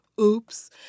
Oops